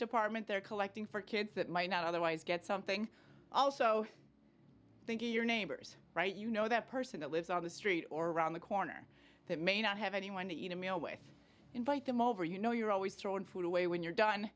department they're collecting for kids that might not otherwise get something also think of your neighbors right you know that person that lives on the street or around the corner that may not have anyone to eat a meal with invite them over you know you're always throwing food away when you're done